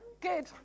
good